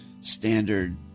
standard